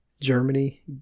Germany